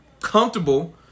comfortable